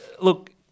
look